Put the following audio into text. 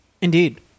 indeed